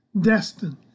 destined